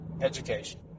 education